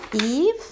Eve